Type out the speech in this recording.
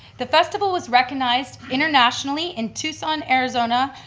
the festival was recognized internationally in tucson, arizona,